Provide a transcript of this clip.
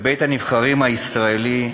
לבית-הנבחרים הישראלי,